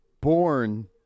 born